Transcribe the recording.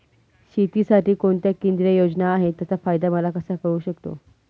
शेतीसाठी कोणत्या केंद्रिय योजना आहेत, त्याचा फायदा मला कसा मिळू शकतो?